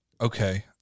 Okay